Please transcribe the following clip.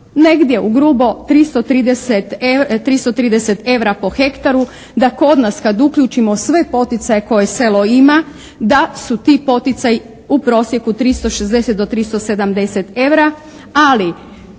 Negdje u grubo 330 eura po hektaru. Da kod nas kad uključimo sve poticaje koje selo ima da su ti poticaji u prosjeku 360 do 370 eura. Ali